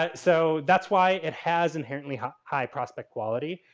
ah so, that's why it has inherently high high prospect quality.